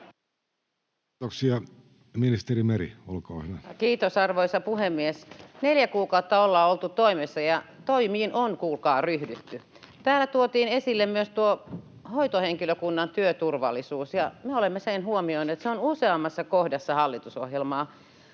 turvaamisesta Time: 16:12 Content: Kiitos, arvoisa puhemies! Neljä kuukautta ollaan oltu toimessa, ja toimiin on, kuulkaa, ryhdytty. Täällä tuotiin esille myös tuo hoitohenkilökunnan työturvallisuus, ja me olemme sen huomioineet, se on useammassa kohdassa hallitusohjelmaa.